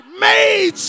made